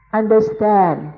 understand